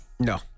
No